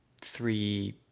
three